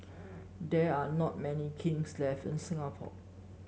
there are not many kilns left in Singapore